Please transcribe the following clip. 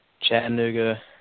Chattanooga